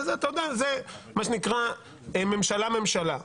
אתה יודע זה מה שנקרא ממשלה ממשלה.